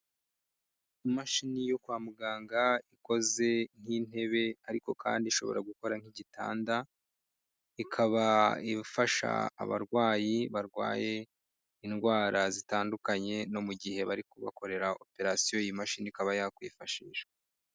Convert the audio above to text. Imashini yo kwa muganga ikoze nk'intebe ariko kandi ishobora gukora nk'igitanda, ikaba ifasha abarwayi barwaye indwara zitandukanye no mu gihe bari kubakorera operasiyo iyi mashini ikaba yakwifashishwa.